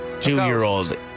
two-year-old